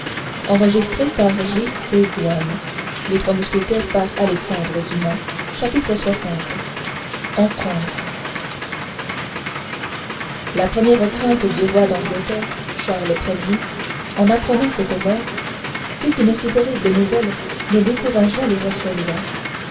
en france la première crainte du roi d'angleterre charles ier en apprenant cette mort fut qu'une si terrible nouvelle ne décourageât les